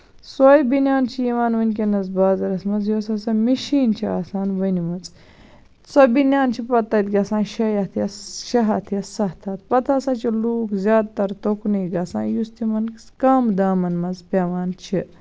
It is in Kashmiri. سۄے بٔنیان چھِ یِوان ؤنکیٚنَس بازرَس منٛز یۄس ہسا مِشیٖن چھِ آسان ؤنۍمٕژ سۄ بٔنیان چھےٚ پَتہٕ تَتہِ گژھان شے ہَتھ شیٚے ہَتھ یا سَتھ ہَتھ پَتہٕ ہسا چھِ لوٗکھ زیادٕ تر تُکنُے گژھان یُس تٔمَن کَم دامَن منٛز پیوان چھِ